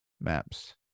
maps